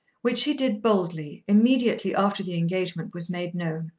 which he did boldly, immediately after the engagement was made known,